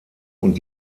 und